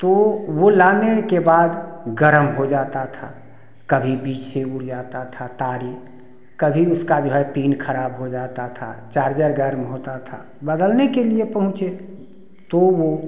तो वो लाने के बाद गर्म हो जाता था कभी बीच से मरियाता था तार कभी उसको जो है पिन खराब हो जाता था चार्जर गर्म होता था बदलने के लिए पहुँचे तो वो